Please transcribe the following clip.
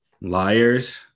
Liars